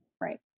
right